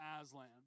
Aslan